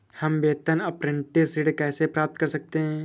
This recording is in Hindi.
हम वेतन अपरेंटिस ऋण कैसे प्राप्त कर सकते हैं?